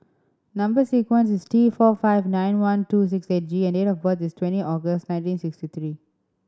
number sequence is T four five nine one two six eight G and date of birth is twenty August nineteen sixty three